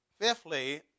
Fifthly